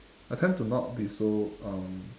I tend to not be so um